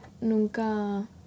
nunca